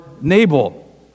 Nabal